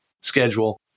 schedule